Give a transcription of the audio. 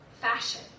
fashion